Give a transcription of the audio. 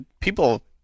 people